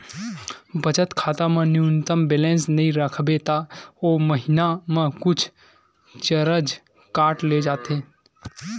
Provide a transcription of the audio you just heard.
बचत खाता म न्यूनतम बेलेंस नइ राखबे त ओ महिना म कुछ चारज काट ले जाथे